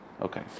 Okay